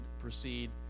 proceed